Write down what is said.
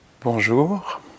Bonjour